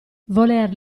voler